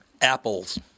Apples